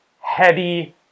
heavy